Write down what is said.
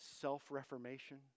self-reformation